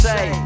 Say